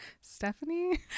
Stephanie